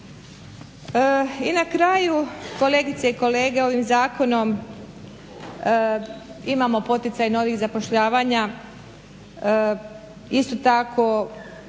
I na kraju kolegice i kolege ovim zakonom imamo poticaj novih zapošljavanja, isto tako